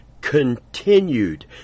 continued